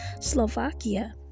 Slovakia